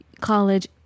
college